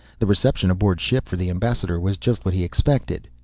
the reception aboard ship for the ambassador was just what he expected.